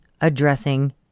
addressing